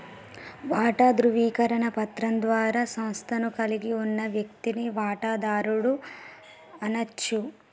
వాటా ధృవీకరణ పత్రం ద్వారా సంస్థను కలిగి ఉన్న వ్యక్తిని వాటాదారుడు అనచ్చు